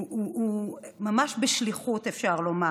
הוא ממש בשליחות, אפשר לומר.